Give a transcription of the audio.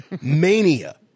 mania